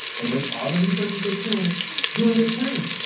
and rape all the resources they can during their term.